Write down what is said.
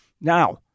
Now